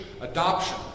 adoption